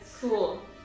Cool